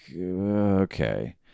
okay